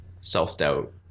self-doubt